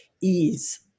ease